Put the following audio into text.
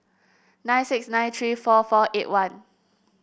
nine six nine three four four eight one